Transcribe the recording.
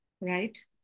right